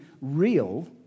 real